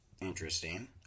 interesting